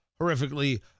horrifically